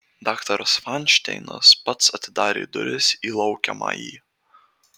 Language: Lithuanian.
daktaras fainšteinas pats atidarė duris į laukiamąjį